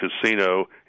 Casino